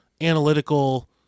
analytical